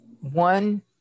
one